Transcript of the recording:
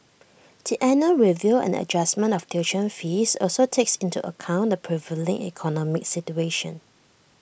the annual review and adjustment of tuition fees also takes into account the prevailing economic situation